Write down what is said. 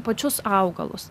pačius augalus